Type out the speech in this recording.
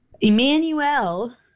Emmanuel